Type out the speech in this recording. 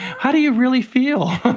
how do you really feel.